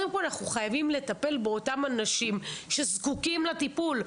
חייבים לטפל באותם אנשים שזקוקים לטיפול,